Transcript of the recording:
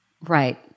Right